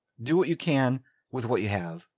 do what you can with what you have.